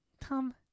Tom